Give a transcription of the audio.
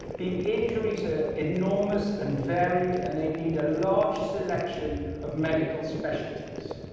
the injuries are enormous and varied. and they need a large selection of medical specialties,